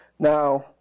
Now